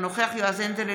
אינו נוכח יועז הנדל,